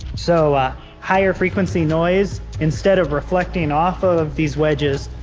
so ah higher frequency noise, instead of reflecting off of these wedges,